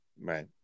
Right